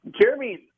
Jeremy